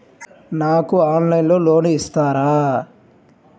నాకు ఆన్లైన్లో లోన్ ఇస్తారా?